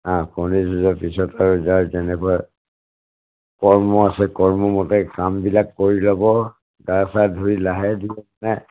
অঁ কণী যুঁজৰ পিছত যাৰ যেনেকুৱা কৰ্ম আছে কৰ্মমতে কামবিলাক কৰি ল'ব গা চা ধুই লাহে ধীৰে